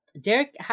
Derek